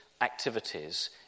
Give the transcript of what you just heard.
activities